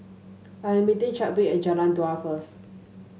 I am meeting Chadwick at Jalan Dua first